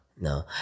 No